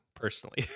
personally